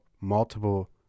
multiple